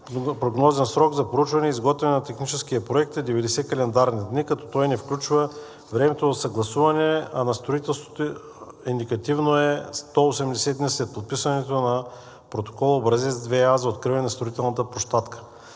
Прогнозен срок за проучване и изготвяне на техническия проект е 90 календарни дни, като той не включва времето за съгласуване, а на строителството индикативно е 180 дни след подписване на Протокол образец 2а за откриване на строителна площадка.